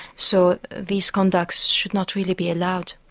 so these conducts should not really be allowed.